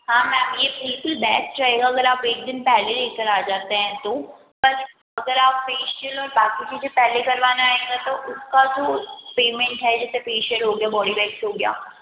हाँ मैम ये बिल्कुल बेस्ट रहेगा अगर आप एक दिन पहले ये करा जाते हैं तो पर अगर आप फेशिअल और बाकी चीज़ें पहले करवाने आएंगे तो उसका तो पेमेंट है जैसे फेशिअल हो गया बॉडी वेक्स हो गया